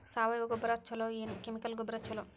ಸಾವಯವ ಗೊಬ್ಬರ ಛಲೋ ಏನ್ ಕೆಮಿಕಲ್ ಗೊಬ್ಬರ ಛಲೋ?